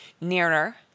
Nearer